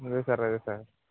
అదే సార్ అదే సార్